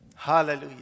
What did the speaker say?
Hallelujah